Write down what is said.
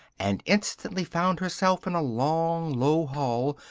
and instantly found herself in a long, low hall,